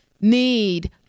need